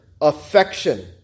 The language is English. affection